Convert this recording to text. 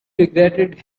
regretted